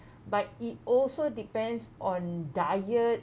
but it also depends on diet